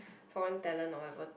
foreign talent or whatever